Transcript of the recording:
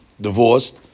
divorced